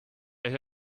and